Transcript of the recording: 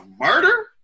murder